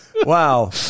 Wow